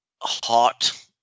hot